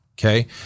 Okay